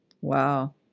Wow